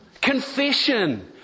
Confession